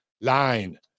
line